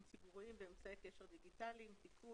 ציבוריים באמצעי קשר דיגיטליים (תיקון),